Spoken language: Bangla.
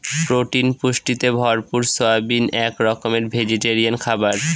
প্রোটিন পুষ্টিতে ভরপুর সয়াবিন এক রকমের ভেজিটেরিয়ান খাবার